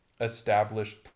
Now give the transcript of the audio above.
established